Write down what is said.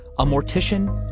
a mortician,